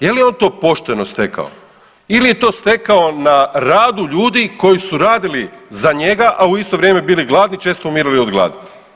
Je li on to pošteno stekao ili je to stekao na radu ljudi koji su radili za njega, a u isto vrijeme bili gladni često umirali od gladi?